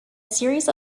series